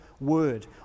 word